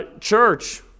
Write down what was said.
church